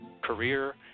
career